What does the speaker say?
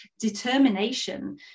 determination